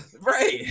Right